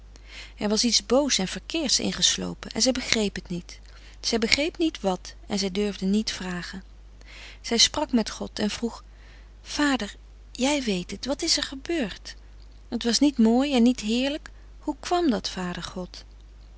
er was iets boos en verkeerds ingeslopen en zij begreep het niet zij begreep niet wat en zij durfde niet vragen zij sprak met god en vroeg vader jij weet het wat is er gebeurd het was niet mooi en niet heerlijk hoe kwam dat vader god